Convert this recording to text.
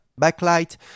backlight